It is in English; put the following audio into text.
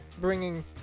bringing